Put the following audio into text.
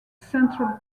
central